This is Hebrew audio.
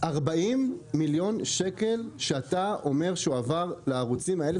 40 מיליון שקל שאתה אומר שהועבר לערוצים האלה